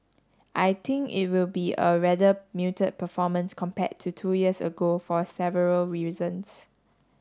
I think it will be a rather muted performance compared to two years ago for several reasons